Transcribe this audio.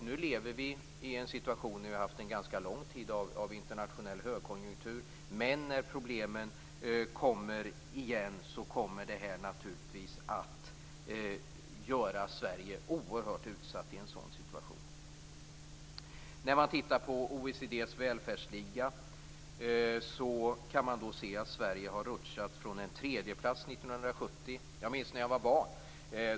Nu lever vi i en situation med en internationell högkonjunktur, men när problemen kommer tillbaka kommer detta att göra Sverige oerhört utsatt. När man tittar på OECD:s välfärdsliga kan man se att Sverige har rutschat ned från en tredjeplats 1970. Jag minns när jag var barn.